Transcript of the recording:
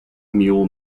mule